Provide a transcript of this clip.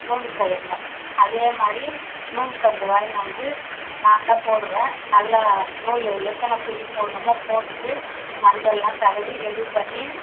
நூல் கயிறில் அதேமாதிரி நூல் கண்டு வாங்கின்னு வந்து நான்தான் போடுவேன் நல்லா நூல் எத்தனை பிரி போடணுமோ போட்டுட்டு மஞ்சள்லாம் தடவி ரெடி பண்ணி